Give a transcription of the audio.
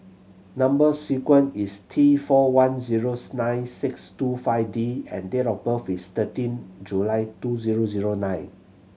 number sequence is T four one zeros nine six two five D and date of birth is thirteen July two zero zero nine